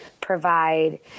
provide